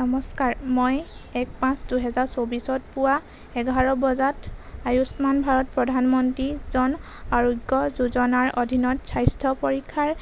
নমস্কাৰ মই এক পাঁচ দুহেজাৰ চৌবিছত পুৱা এঘাৰ বজাত আয়ুষ্মান ভাৰত প্ৰধানমন্ত্ৰী জন আৰোগ্য যোজনাৰ অধীনত স্বাস্থ্য পৰীক্ষাৰ